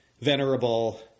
venerable